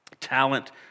Talent